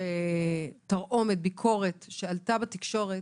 שעלו בתקשורת,